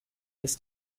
ist